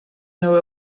know